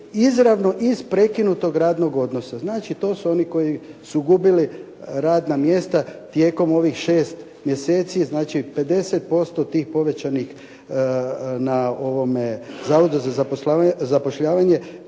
izravno iz prekinutog radnog odnosa. Znači to su oni koji su gubili radna mjesta tijekom ovih 6 mjeseci, znači 50% tih povećanih na ovome zavodu za zapošljavanje,